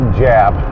jab